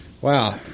Wow